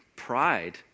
pride